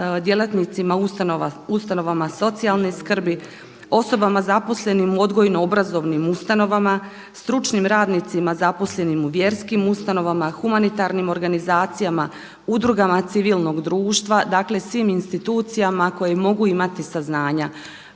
djelatnicima u ustanovama socijalne skrbi, osobama zaposlenim u odgojno-obrazovnim ustanovama, stručnim radnicima zaposlenim u vjerskim ustanovama, humanitarnim organizacijama, udrugama civilnog društva, dakle svim institucijama koje mogu imati saznanja.